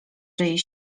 czyjejś